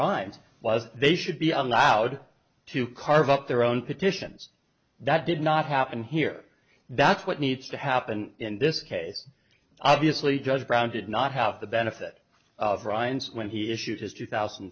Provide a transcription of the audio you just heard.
was they should be on the out to carve up their own petitions that did not happen here that's what needs to happen in this case obviously judge brown did not have the benefit of rinds when he issued his two thousand